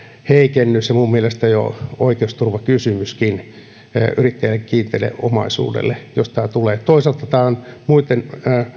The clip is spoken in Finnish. heikennys ja minun mielestäni jo oikeusturvakysymyskin yrittäjien kiinteälle omaisuudelle jos tämä tulee toisaalta tämä on muitten